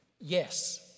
Yes